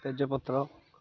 ତେଜପତ୍ର